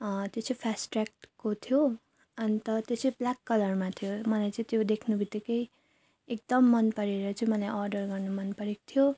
त्यो चाहिँ फार्स्टट्रयाकको थियो अनि त्यो चाहिँ ब्ल्याक कलरमा थियो मलाई चाहिँ त्यो देख्ने बित्तिकै एकदम मनपरेर चाहिँ मलाई अर्डर गर्न मनपरेक थियो